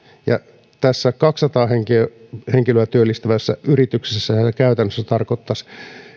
ja tässä kaksisataa henkilöä henkilöä työllistävässä yrityksessä sehän käytännössä tarkoittaisi